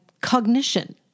cognition